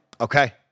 Okay